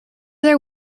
their